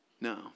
No